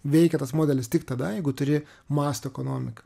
veikia tas modelis tik tada jeigu turi masto ekonomiką